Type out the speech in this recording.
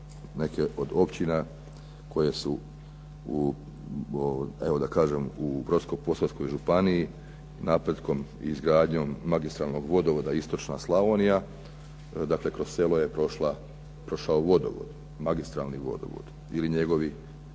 neke od općina koje su u, evo da kažem u Brodsko-posavskoj županiji napretkom i izgradnjom magistralnog vodovoda "Istočna Slavonija", dakle kroz selo je prošao vodovod, magistralni vodovod ili njegovi